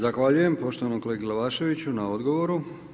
Zahvaljujem poštovanom kolegi Glavaševiću na odgovoru.